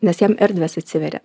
nes jiem erdvės atsiveria